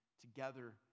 together